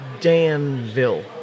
Danville